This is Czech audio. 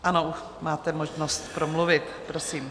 Ano, máte možnost promluvit, prosím.